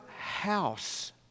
house